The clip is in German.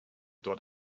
dort